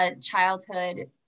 childhood